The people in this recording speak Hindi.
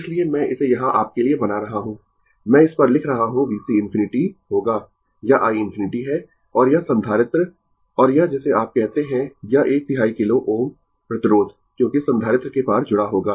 इसलिए मैं इसे यहां आपके लिए बना रहा हूं मैं इस पर लिख रहा हूं VC ∞ होगा यह i ∞ है और यह संधारित्र और यह जिसे आप कहते है यह एक तिहाई किलो Ω प्रतिरोध क्योंकि संधारित्र के पार जुड़ा होगा